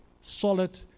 solid